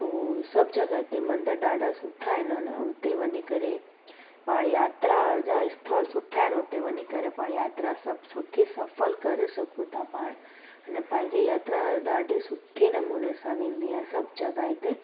पोइ सभु जॻह ते मंदर ॾाढा सुठा आहिनि उन हुते वञी करे पाण यात्रा जा स्थल सुठा आहिनि हुते वञी करे पंहिंजी यात्रा सभु सुठी सफ़ल करे सघूं था पाण हिन पंहिंजी यात्रा ॾाढी सुठी नमूने सां वेंदी आहे सभु जॻहि ते